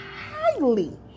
highly